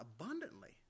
abundantly